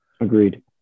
agreed